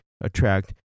attract